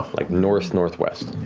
like north, northwest.